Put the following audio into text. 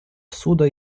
суда